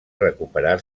recuperar